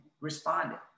responded